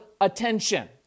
attention